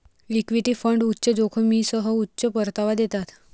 equity fund उच्च जोखमीसह उच्च परतावा देतात